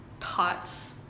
Thoughts